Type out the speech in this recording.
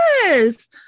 yes